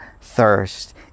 thirst